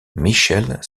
michelle